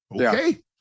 Okay